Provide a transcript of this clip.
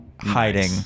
hiding